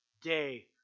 day